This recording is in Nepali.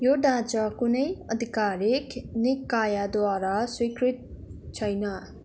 यो ढाँचा कुनै आधिकारिक निकायद्वारा स्वीकृत छैन